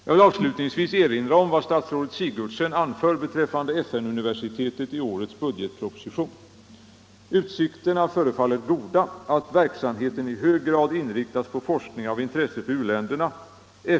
Jag vill avslutningsvis erinra om vad statsrådet Sigurdsen anför beträffande FN-universitetet i årets budgetproposition: ”Utsikterna förefaller goda att verksamheten i hög grad inriktas på forskning av intresse för u-länderna.